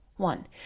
one